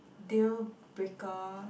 deal breaker